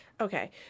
okay